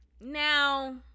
Now